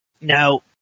Now